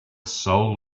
soul